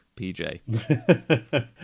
PJ